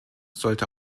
sollte